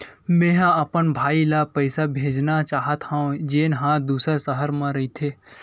मेंहा अपन भाई ला पइसा भेजना चाहत हव, जेन हा दूसर शहर मा रहिथे